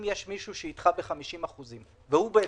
אם יש מישהו איתם ב-50% והם השולטים.